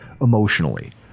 emotionally